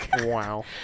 wow